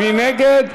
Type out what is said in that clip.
מי נגד?